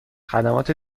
خدمات